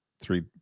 three